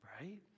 right